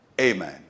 amen